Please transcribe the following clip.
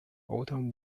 autumn